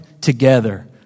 together